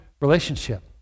relationship